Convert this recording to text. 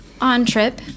on-trip